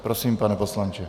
Prosím, pane poslanče.